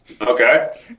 Okay